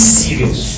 serious